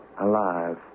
alive